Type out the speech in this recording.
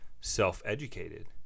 self-educated